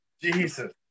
Jesus